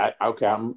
Okay